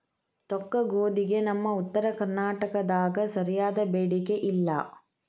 ತೊಕ್ಕಗೋಧಿಗೆ ನಮ್ಮ ಉತ್ತರ ಕರ್ನಾಟಕದಾಗ ಸರಿಯಾದ ಬೇಡಿಕೆ ಇಲ್ಲಾ